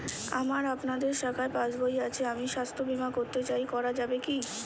আমার আপনাদের শাখায় পাসবই আছে আমি স্বাস্থ্য বিমা করতে চাই করা যাবে কি?